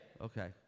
Okay